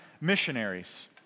missionaries